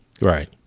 right